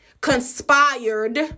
conspired